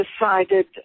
decided